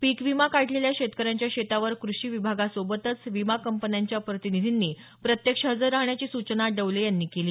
पीक विमा काढलेल्या शेतकऱ्यांच्या शेतावर कृषी विभागासोबत विमा कंपन्यांच्या प्रतिनिधींनी प्रत्यक्ष हजर राहण्याची सूचना डवले यांनी केली